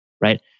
right